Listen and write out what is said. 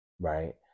right